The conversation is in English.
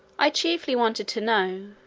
i chiefly wanted to know,